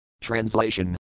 Translation